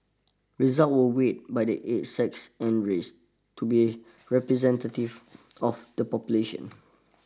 results were weighted by age sex and race to be representative of the population